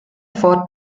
fort